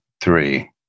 three